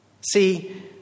See